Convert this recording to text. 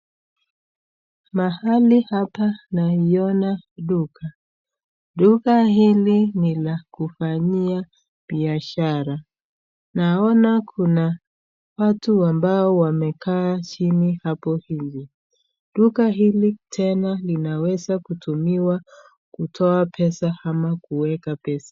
Mahali hapa naiona duka. Duka hili ni la kufanyia biashara. Naona kuna watu ambao wamekaa chini hapo nje. Duka hili tena linaweza kutumiwa kutoa pesa ama kuweka pesa.